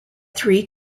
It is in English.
three